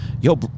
yo